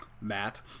Matt